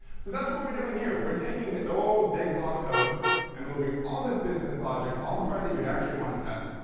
so that's what we're we're doing here. we're taking this old big blob of code and moving all this business logic, all the part that you'd actually want to test,